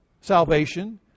salvation